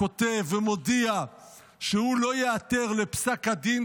כותב ומודיע שהוא לא ייעתר לפסק הדין,